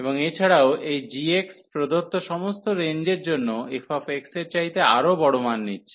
এবং এছাড়াও এই gx প্রদত্ত সমস্ত রেঞ্জের জন্য fx এর চাইতে আরও বড় মান নিচ্ছে